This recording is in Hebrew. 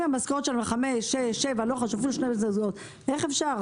אם המשכורת שלו 5,000, 6,000, 7,000 איך אפשר?